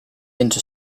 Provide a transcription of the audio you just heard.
into